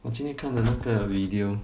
我今天看了那个 video